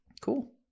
Cool